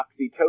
oxytocin